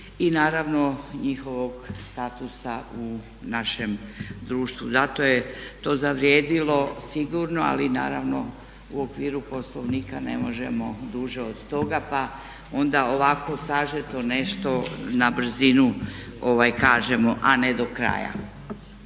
i naravno njihovog statusa u našem društvu. Zato je to zavrijedilo sigurno, ali i naravno u okviru Poslovnika ne možemo duže od toga, pa onda ovako sažeto nešto na brzinu kažemo, a ne do kraja.